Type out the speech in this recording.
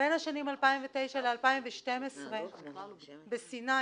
בין השנים 2009 ל-2012 היו בסיני